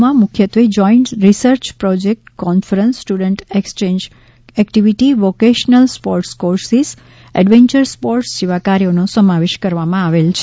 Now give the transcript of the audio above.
માં મુખ્યત્વે joint research project conference student exchange activity vocational sports courses adventure sports જેવા કાર્યોનો સમાવેશ કરવામાં આવેલ છે